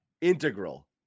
integral